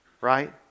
right